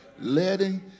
letting